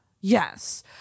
Yes